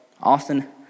Austin